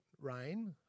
rain